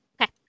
Okay